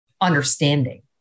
understanding